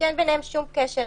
שאין ביניהם שום קשר.